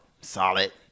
solid